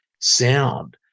sound